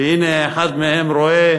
והנה אחד מהם רואה